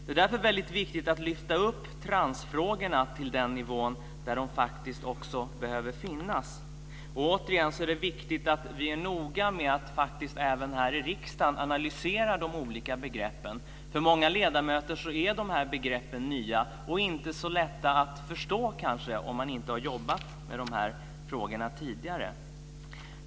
Det är därför väldigt viktigt att lyfta upp transfrågorna till den nivå där de faktiskt också behöver finnas. Återigen är det viktigt att vi är noga med att även här i riksdagen analysera de olika begreppen. För många ledamöter är dessa begrepp nya och kanske inte så lätta att förstå, om man inte har jobbat med de här frågorna tidigare.